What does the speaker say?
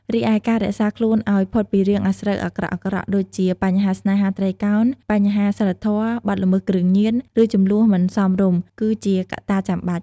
រីឯ ការរក្សាខ្លួនឱ្យផុតពីរឿងអាស្រូវអាក្រក់ៗ ដូចជាបញ្ហាស្នេហាត្រីកោណ បញ្ហាសីលធម៌ បទល្មើសគ្រឿងញៀន ឬជម្លោះមិនសមរម្យ គឺជាកត្តាចាំបាច់។